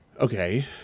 Okay